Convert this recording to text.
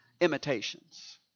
imitations